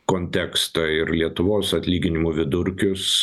kontekstą ir lietuvos atlyginimų vidurkis